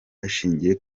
hashingiwe